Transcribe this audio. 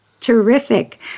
Terrific